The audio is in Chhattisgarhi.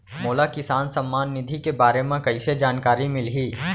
मोला किसान सम्मान निधि के बारे म कइसे जानकारी मिलही?